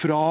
fra